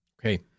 Okay